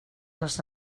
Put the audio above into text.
les